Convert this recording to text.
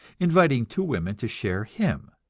inviting two women to share him.